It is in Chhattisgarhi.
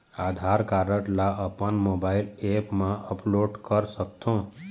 आधार कारड ला अपन मोबाइल ऐप मा अपलोड कर सकथों?